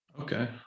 Okay